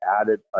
added